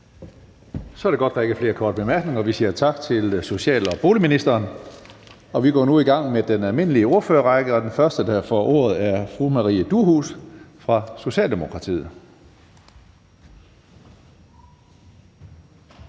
Så er det godt, at der ikke er flere korte bemærkninger. Vi siger tak til social- og boligministeren. Vi går nu i gang med den almindelige ordførerrække, og den første, der får ordet, er fru Maria Durhuus fra Socialdemokratiet.